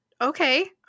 Okay